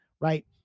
Right